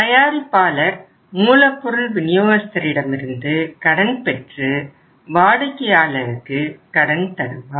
தயாரிப்பாளர் மூலப்பொருள் விநியோகஸ்தரிடமிருந்து கடன் பெற்று வாடிக்கையாளருக்கு கடன் தருவார்